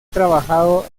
trabajado